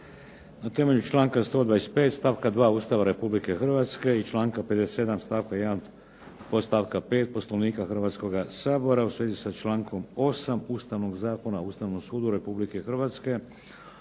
Na temelju članka 125. stavka 2. ustava Republike Hrvatske i članka 57. stavka 1. podstavka 5. Poslovnika Hrvatskoga sabora u svezi sa člankom 8. Ustavnog zakona o Ustavnom sudu Republike Hrvatske